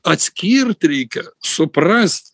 atskirt reikia suprast